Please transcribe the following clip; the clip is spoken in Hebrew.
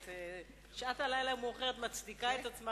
שעת הלילה המאוחרת מצדיקה את עצמה,